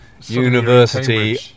university